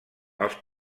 els